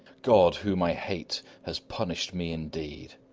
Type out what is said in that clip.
god, whom i hate, has punished me indeed!